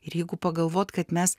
ir jeigu pagalvot kad mes